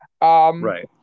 right